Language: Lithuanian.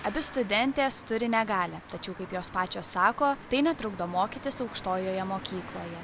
abi studentės turi negalią tačiau kaip jos pačios sako tai netrukdo mokytis aukštojoje mokykloje